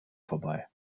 vorbei